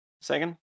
Second